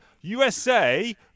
usa